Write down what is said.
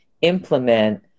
implement